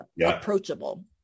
approachable